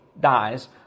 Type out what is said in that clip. dies